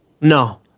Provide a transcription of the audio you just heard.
No